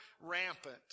rampant